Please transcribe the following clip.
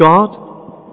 God